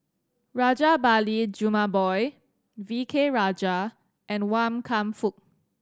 Rajabali Jumabhoy V K Rajah and Wan Kam Fook